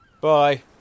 bye